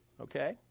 okay